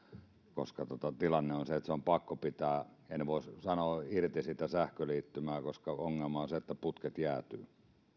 koska tilanne on se että se on pakko pitää en voi sanoa irti sitä sähköliittymää koska ongelma on se että putket